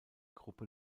gruppe